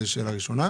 זו שאלה ראשונה.